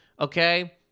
okay